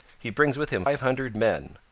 he brings with him five hundred men.